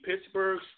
Pittsburgh